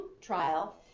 trial